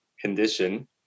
condition